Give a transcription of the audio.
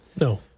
No